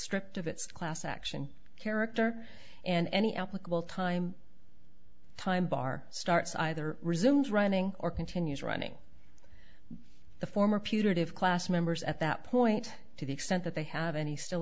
stripped of its class action character and any applicable time time bar starts either resumes running or continues running the former putative class members at that point to the extent that they have any still